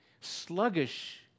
sluggish